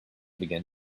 began